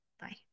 Bye